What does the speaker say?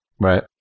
Right